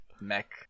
mech